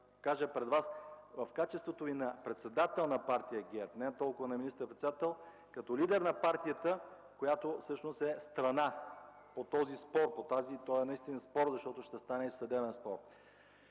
кажа пред Вас в качеството Ви на председател на Партия ГЕРБ, не толкова на министър-председател, а като лидер на партията, която всъщност е страна по този спор, защото това наистина е спор, тъй като ще стане съдебен спор.